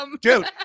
Dude